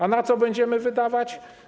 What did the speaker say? A na co będziemy wydawać?